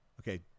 okay